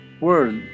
world